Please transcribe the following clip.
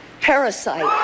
*Parasite*